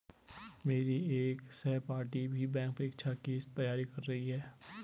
मेरी एक सहपाठी भी बैंक परीक्षा की ही तैयारी करती है